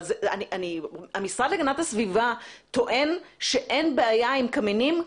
המשרד להגנת הסביבה טוען שאין בעיה עם קמינים?